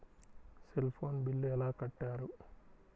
Cell phone bill ఎలా కట్టారు?